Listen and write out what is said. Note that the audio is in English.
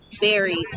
buried